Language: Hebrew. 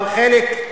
אבל חלק,